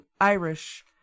Irish